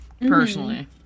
personally